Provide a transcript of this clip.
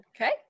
Okay